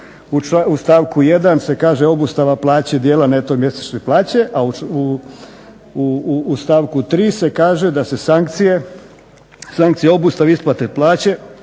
u stavku 1. se kaže obustava plaće dijela neto mjesečne plaće, a u stavku 3. se kaže da se sankcije obustave isplate plaće,